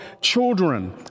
children